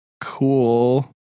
Cool